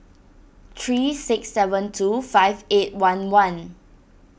three six seven two five eight one one